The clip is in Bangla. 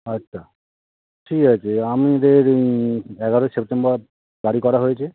আচ্ছা ঠিক আছে আমাদের এগারোই সেপ্টেম্বর গাড়ি করা হয়েছে